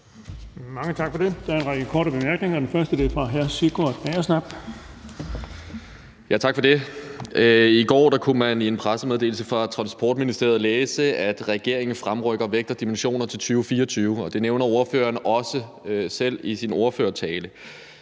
Mange tak for det. Der er en række korte bemærkninger, og den første er fra hr. Sigurd Agersnap. Kl. 13:07 Sigurd Agersnap (SF): Tak for det. I går kunne man i en pressemeddelelse fra Transportministeriet læse, at regeringen fremrykker reguleringen af vægt og dimensioner til 2024, og det nævner ordføreren også selv i sin ordførertale.